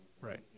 Right